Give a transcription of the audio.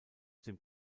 dem